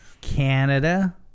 Canada